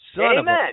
Amen